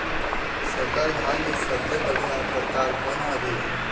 संकर धान के सबले बढ़िया परकार कोन हर ये?